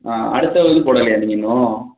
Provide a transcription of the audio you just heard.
ஆ அடுத்த இது போடலையா நீங்கள் இன்னும்